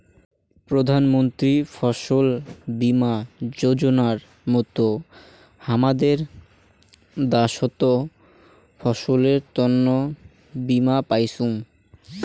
প্রধান মন্ত্রী ফছল বীমা যোজনার মত হামাদের দ্যাশোত ফসলের তন্ন বীমা পাইচুঙ